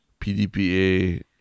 PDPA